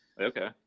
Okay